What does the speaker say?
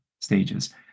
stages